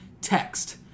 Text